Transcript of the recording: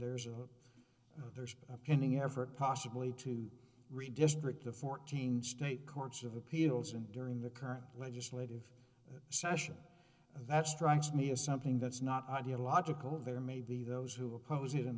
there's a there's a pending effort possibly to redistrict the fourteen state courts of appeals and during the current legislative session that strikes me as something that's not ideological there may be those who oppose it